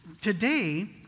Today